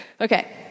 Okay